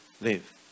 live